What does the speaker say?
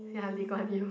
ya Lee-Kuan-Yew